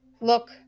look